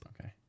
Okay